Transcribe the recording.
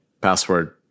password